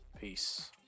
Peace